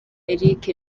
eric